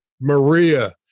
maria